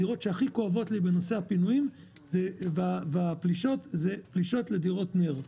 הדירות שהכי כואבות לי בנושא הפינויים והפלישות הן דירות נ"ר,